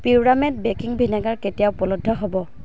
পিউৰামেট baking vinegar কেতিয়া উপলব্ধ হ'ব